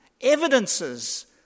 evidences